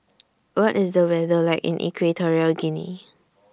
What IS The weather like in Equatorial Guinea